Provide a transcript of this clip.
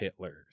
hitlers